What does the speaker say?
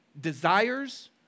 desires